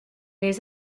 les